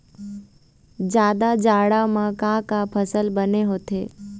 जादा जाड़ा म का का फसल बने होथे?